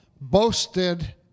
boasted